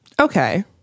Okay